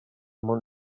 món